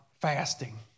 fasting